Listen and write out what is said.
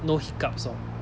no hiccups orh